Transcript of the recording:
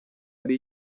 hari